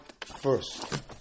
first